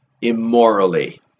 immorally